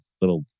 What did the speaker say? little